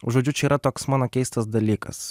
žodžiu čia yra toks mano keistas dalykas